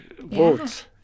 votes